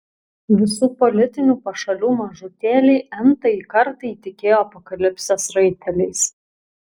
visų politinių pašalių mažutėliai n tąjį kartą įtikėjo apokalipsės raiteliais